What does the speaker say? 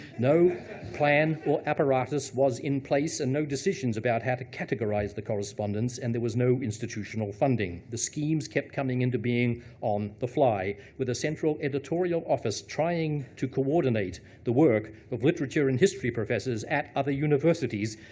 no plan, or apparatus, was in place and no decisions about how to categorize the correspondence, and there was no institutional funding. the schemes kept coming into being on the fly, with the central editorial office trying to coordinate the work of literature and history professors at other universities,